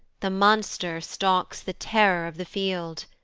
the monster stalks the terror of the field.